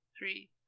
three